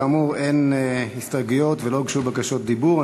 כאמור, אין הסתייגויות ולא הוגשו בקשות דיבור.